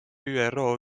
üro